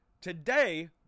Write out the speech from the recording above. today